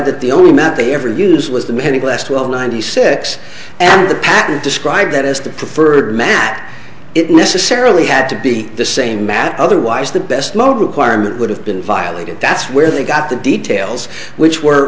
that the only met they ever used was the midwest well ninety six and the patent described that as the preferred mat it necessarily had to be the same math otherwise the best mobile acquirement would have been violated that's where they got the details which were